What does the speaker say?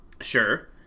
Sure